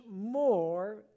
more